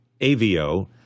AVO